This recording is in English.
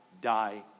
die